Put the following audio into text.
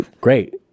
Great